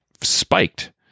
spiked